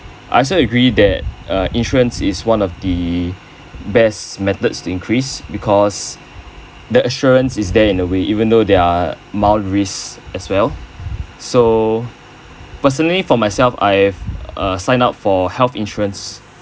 I also agree that uh insurance is one of the best methods to increase because the assurance is there in a way even though there are mild risks as well so personally for myself I have uh signed up for health insurance